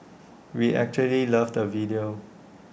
we actually loved the video